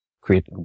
create